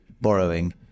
borrowing